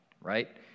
right